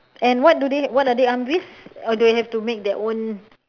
and what do they what are they armed with or they have to make their own